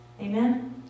Amen